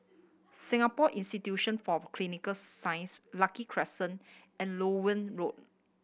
Singapore Institution for Clinical Sciences Lucky Crescent and Loewen Road